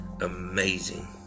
amazing